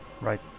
Right